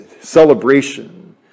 celebration